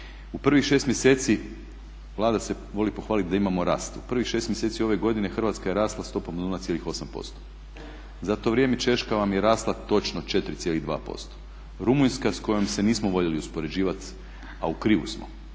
u prvih 6 mjeseci Vlada se voli pohvalit da imamo rast, u prvih 6 mjeseci ove godine Hrvatska je rasla stopom od 0,8%. Za to vrijeme Češka vam je rasla točno 4,2%, Rumunjska s kojom se nismo voljeli uspoređivat a u krivu smo